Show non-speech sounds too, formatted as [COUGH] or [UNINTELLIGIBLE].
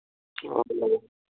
[UNINTELLIGIBLE]